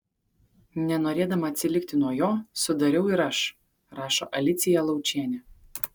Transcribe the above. nenorėdama atsilikti nuo jo sudariau ir aš rašo alicija laučienė